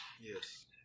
Yes